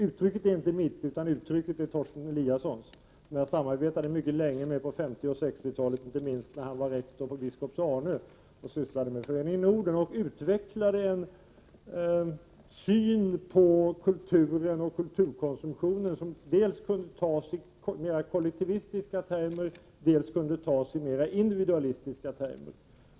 Uttrycket är inte mitt utan Torsten Eliassons, som jag samarbetade med mycket länge på 50 och 60-talen, inte minst då har var rektor på Biskops Arnö och sysslade med Föreningen Norden. Han utvecklade en syn på kultur och kulturkonsumtion som kunde dels ta sig mer kollektivistiska termer, dels ta sig mer individualistiska termer.